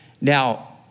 Now